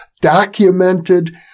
documented